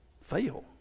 fail